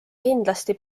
kindlasti